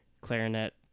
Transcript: clarinet